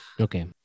Okay